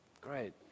great